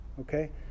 okay